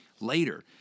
Later